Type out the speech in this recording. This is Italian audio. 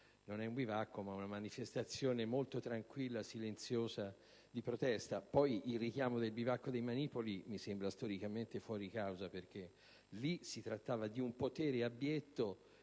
non è un bivacco, ma una manifestazione molto tranquilla e silenziosa di protesta. Inoltre, il richiamo al bivacco di manipoli mi sembra storicamente fuori causa, perché lì si trattava di un potere abietto